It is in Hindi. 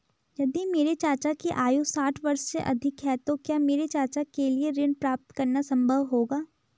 यदि मेरे चाचा की आयु साठ वर्ष से अधिक है तो क्या मेरे चाचा के लिए ऋण प्राप्त करना संभव होगा?